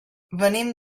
venim